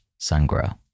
sungrow